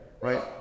right